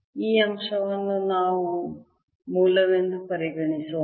ಈ ಅಂಶವನ್ನು ನಾವು ಮೂಲವೆಂದು ಪರಿಗಣಿಸೋಣ